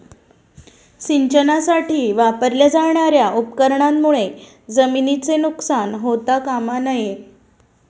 सिंचनासाठी वापरल्या जाणार्या उपकरणांमुळे जमिनीचे नुकसान होता कामा नये